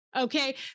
Okay